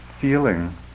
feeling